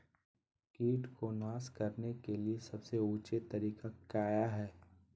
किट को नास करने के लिए सबसे ऊंचे तरीका काया है?